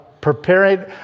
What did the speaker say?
preparing